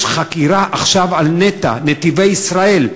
יש עכשיו חקירה של "נתיבי ישראל".